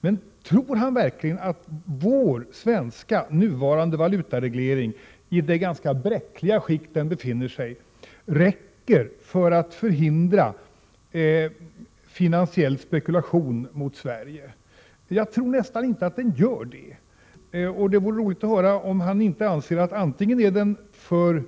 Men tror han verkligen att vår nuvarande svenska valutareglering, i det ganska bräckliga skick som den befinner sig i, räcker för att förhindra finansiell spekulation mot Sverige? Jag tror nästan inte att den gör det, och det vore roligt att höra om Bo Södersten anser att den antingen är för